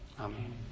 Amen